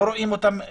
לא רואים אותם.